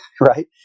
right